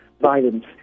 violence